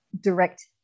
direct